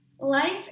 life